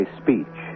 speech